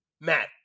Matt